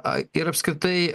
a ir apskritai